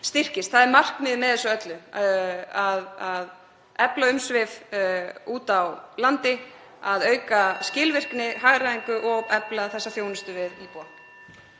Það er markmiðið með þessu öllu að efla umsvif úti á landi, að auka skilvirkni, hagræðingu og efla þessa þjónustu við íbúa.